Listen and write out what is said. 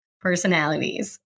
personalities